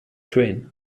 twain